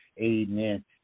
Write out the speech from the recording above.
Amen